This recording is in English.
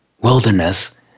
wilderness